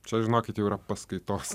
čia žinokit jau yra paskaitos